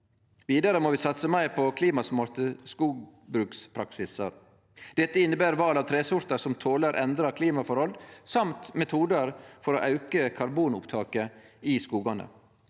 Vidare må vi satse meir på klimasmarte skogbrukspraksisar. Dette inneber val av tresortar som toler endra klimaforhold, og metodar for å auke karbonopptaket i skogane.